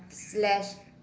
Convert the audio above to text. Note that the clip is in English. slash